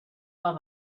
les